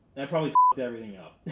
that probably everything up.